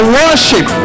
worship